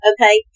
Okay